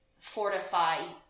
fortify